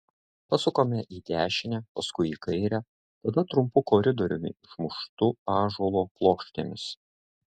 pasukame į dešinę paskui į kairę tada trumpu koridoriumi išmuštu ąžuolo plokštėmis